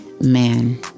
man